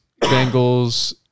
Bengals